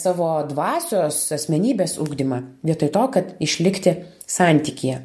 savo dvasios asmenybės ugdymą vietoj to kad išlikti santykyje